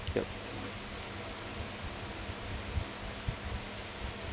yup